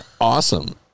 awesome